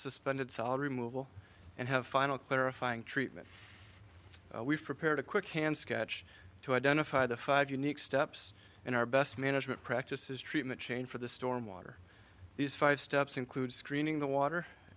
suspended solid removal and have final clarifying treatment we've prepared a quick hand sketch to identify the five unique steps in our best management practices treatment chain for the stormwater these five steps include screening the water